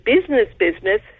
business-business